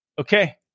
okay